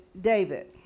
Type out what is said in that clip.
David